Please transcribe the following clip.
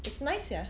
it's nice sia